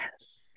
yes